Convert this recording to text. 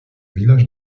village